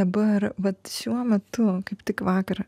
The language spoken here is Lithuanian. dabar vat šiuo metu kaip tik vakar